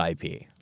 IP